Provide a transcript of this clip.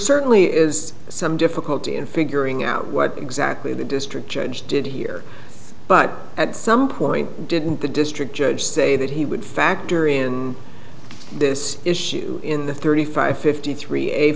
certainly is some difficulty in figuring out what exactly the district judge did here but at some point didn't the district judge say that he would factor in this issue in the thirty five fifty three